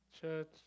church